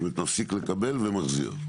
זאת אומרת מפסיק לקבל ומחזיר.